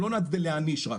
הוא לא נועד להעניש רק.